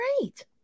great